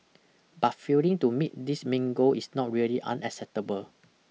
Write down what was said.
but failing to meet this main goal is not really unacceptable